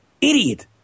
idiot